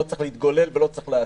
לא צריך להתגולל ולא צריך להאשים.